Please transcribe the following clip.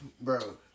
Bro